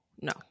no